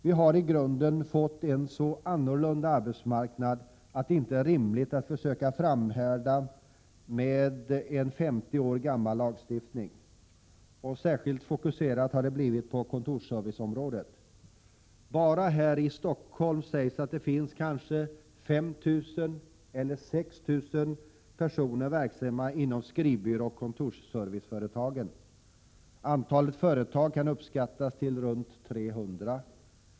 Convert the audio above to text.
Vi har i grunden fått en så annorlunda arbetsmarknad att det inte är rimligt att försöka framhärda med en 50 år gammal lagstiftning. Särskilt fokuserat har detta blivit på kontorsserviceområdet. Bara här i Stockholm sägs det att det finns kanske 5 000-6 000 personer verksamma inom skrivbyråoch kontorsserviceföretagen. Antalet företag kan uppskattas till runt 300.